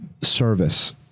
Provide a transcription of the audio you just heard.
service